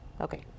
Okay